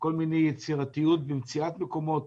כל מיני יצירתיות במציאת מקומות,